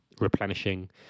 replenishing